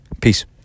Peace